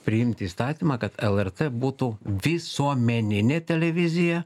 priimti įstatymą kad lrt būtų visuomeninė televizija